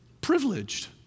privileged